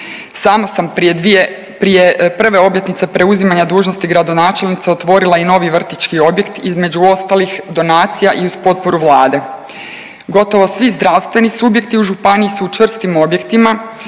dvije, prije prve obljetnice preuzimanja dužnosti gradonačelnice otvorila i novi vrtićki objekt, između ostalih donacija i uz potpore Vlade. Gotovo svi zdravstveni subjekti u županiji su u čvrstim objektima,